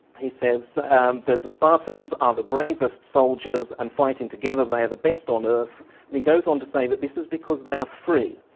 he says that the spartans are the bravest soldiers and fighting together they are the best on earth and he goes on to say that this is because they are free,